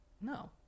No